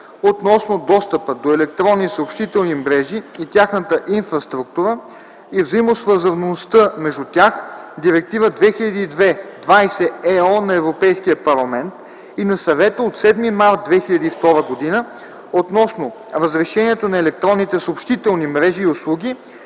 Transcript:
относно достъпа до електронни съобщителни мрежи и тяхната инфраструктура и взаимосвързаността между тях, Директива 2002/20/ЕО на Европейския парламент и на Съвета от 7 март 2002 г. относно разрешението на електронните съобщителни мрежи и услуги,